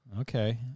Okay